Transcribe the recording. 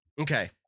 okay